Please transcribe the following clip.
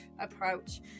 approach